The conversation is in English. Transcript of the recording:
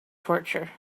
torture